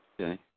Okay